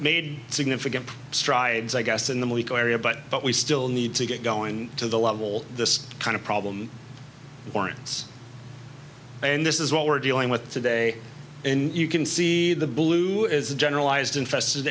made significant strides i guess in the area but but we still need to get going to the level this kind of problem warrants and this is what we're dealing with today and you can see the blue is a generalized infested